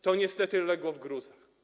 To niestety legło w gruzach.